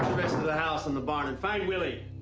rest of the house and the barn, and find willie.